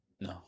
no